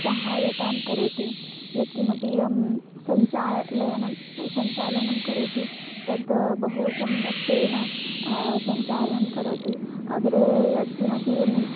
सहायतां करोति यत्किमपि एवं सञ्चालनं स सञ्चालनं करोति तद् बहु सम्यक्तेन सञ्चालनं करोति अग्रे यत्किमपि